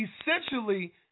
essentially